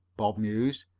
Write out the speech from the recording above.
bob mused.